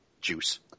juice